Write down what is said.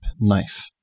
knife